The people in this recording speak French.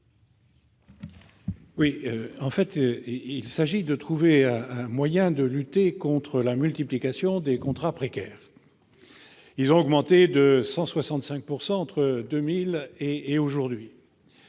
Tourenne. Il s'agit de trouver un moyen de lutter contre la multiplication des contrats précaires, lesquels ont augmenté de 165 % entre 2000 et aujourd'hui.